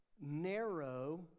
narrow